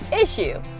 issue